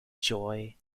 joy